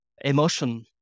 emotion